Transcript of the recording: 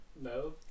No